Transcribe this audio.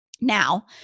Now